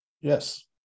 Yes